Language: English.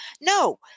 No